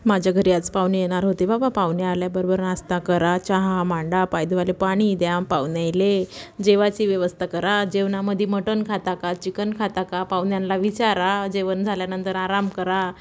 माझ्या घरी आज पाहुणे येणार होते बाबा पाहुणे आल्याबरोबर नास्ता करा चहा मांडा पाय धुवायला पाणी द्या पाहुण्याला जेवायची व्यवस्था करा जेवणामध्ये मटन खाता का चिकन खाता का पाहुण्यांला विचारा जेवण झाल्यानंतर आराम करा